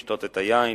לשתות את היין,